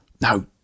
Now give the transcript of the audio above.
No